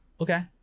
Okay